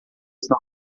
estão